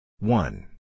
One